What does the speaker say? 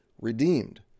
redeemed